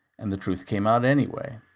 and the truth came out anyway.